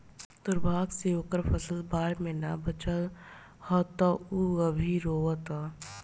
दुर्भाग्य से ओकर फसल बाढ़ में ना बाचल ह त उ अभी रोओता